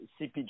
CPG